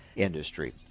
industry